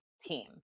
team